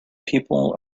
people